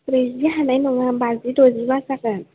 ब्रैजि हानाय नङा बाजि दजिबा जागोन